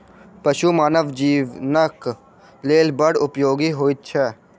पशु मानव जीवनक लेल बड़ उपयोगी होइत छै